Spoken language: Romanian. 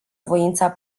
voința